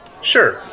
Sure